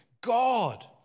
God